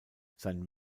sein